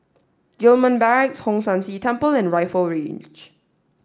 Gillman Barracks Hong San See Temple and Rifle Range